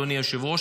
אדוני היושב-ראש,